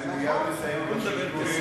לי לדבר ולסיים את דברי.